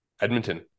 Edmonton